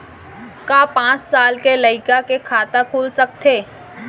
का पाँच साल के लइका के खाता खुल सकथे?